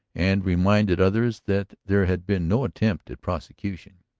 and reminded others that there had been no attempt at prosecution.